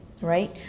right